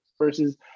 versus